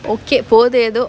okay போது எதோ:pothu etho